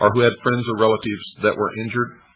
um who had friends or relatives that were injured,